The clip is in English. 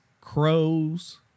crows